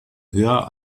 höher